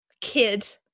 Kid